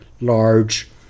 large